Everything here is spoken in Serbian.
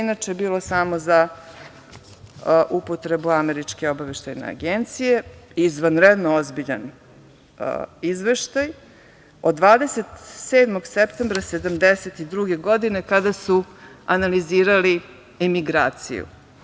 Inače bilo samo za upotrebu Američke obaveštajne agencije, izvanredno ozbiljan izveštaj od 27. septembra 1972. godine kada su analizirali emigraciju.